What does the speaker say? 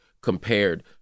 compared